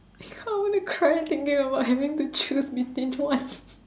ya I wanna cry thinking about having to choose between one